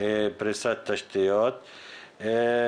פריסת תשתיות.